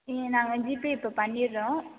இதில் நாங்கள் ஜிபே இப்போ பண்ணிடுறோம்